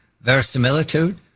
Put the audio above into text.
verisimilitude